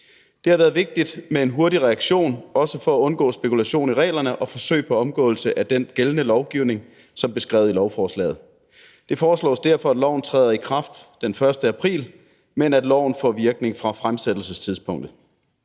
Det har været vigtigt med en hurtig reaktion også for at undgå spekulation i reglerne og forsøg på omgåelse af den gældende lovgivning, som er beskrevet i lovforslaget. Det foreslås derfor, at loven træder i kraft den 1. april, men at loven får virkning fra fremsættelsestidspunktet.